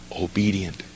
obedient